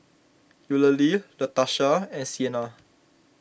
Eulalie Latasha and Siena